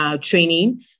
training